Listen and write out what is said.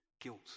guilt